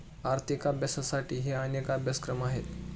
आर्थिक अभ्यासासाठीही अनेक अभ्यासक्रम आहेत